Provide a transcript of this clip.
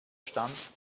stand